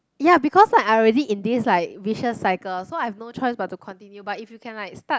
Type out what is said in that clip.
ya because I I already in this like vicious cycle so I have no choice but to continue but if you can like start